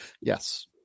Yes